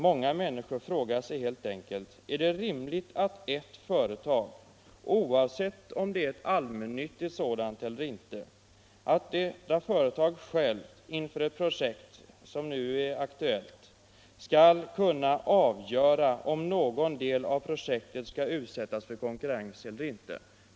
Många människor frågar helt enkelt: Är det rimligt att ett företag, oavsett om det är ett allmännyttigt sådant eller inte, skall kunna avgöra om någon del av ett projekt som det nu aktuella skall bli föremål för konkurrens eller inte?